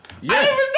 yes